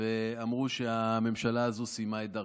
ואמרו שהממשלה הזו סיימה את דרכה.